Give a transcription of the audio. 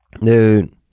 Dude